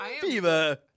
Fever